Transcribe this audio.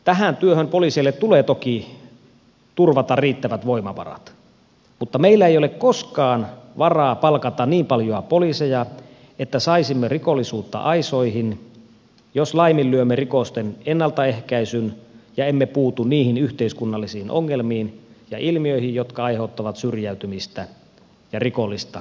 tähän työhön poliiseille tulee toki turvata riittävät voimavarat mutta meillä ei ole koskaan varaa palkata niin paljon poliiseja että saisimme rikollisuutta aisoihin jos laiminlyömme rikosten ennaltaehkäisyn ja emme puutu niihin yhteiskunnallisiin ongelmiin ja ilmiöihin jotka aiheuttavat syrjäytymistä ja rikollista käyttäytymistä